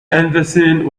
henderson